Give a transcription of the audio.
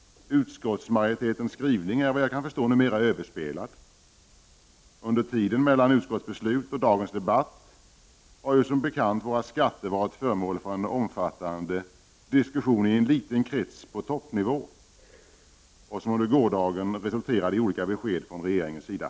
Utskottsmajoritetens skrivning är enligt vad jag kan förstå numera överspelad. Under tiden mellan utskottsbeslut och dagens debatt har våra skatter som bekant varit föremål för en omfattande diskussion i en liten krets på toppnivå. Det resulterade under gårdagen i en del besked från regeringens sida.